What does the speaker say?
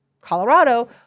Colorado